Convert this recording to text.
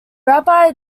rabbi